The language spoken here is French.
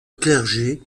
clergé